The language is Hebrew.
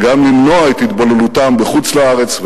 וגם למנוע את התבוללותם בחוץ-לארץ.